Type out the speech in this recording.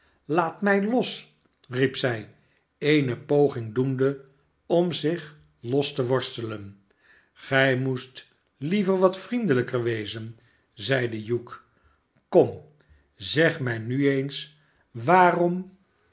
laat mij los riep zij eene poging doende om zich los te worstelen gij moest liever wat vriende er wez en zeide hugh kom zeg mij nu eens waarom